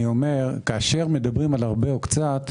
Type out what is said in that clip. כאשר מדברים על הרבה או קצת,